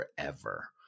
forever